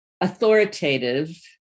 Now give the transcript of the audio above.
authoritative